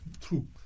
true